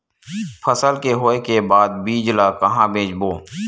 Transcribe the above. फसल के होय के बाद बीज ला कहां बेचबो?